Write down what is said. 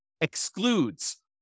excludes